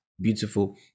Beautiful